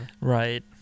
Right